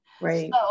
Right